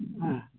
ᱦᱮᱸ